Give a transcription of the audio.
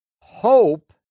hope